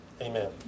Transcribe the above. Amen